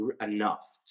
enough